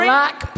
Black